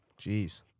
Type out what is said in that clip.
Jeez